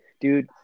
Dude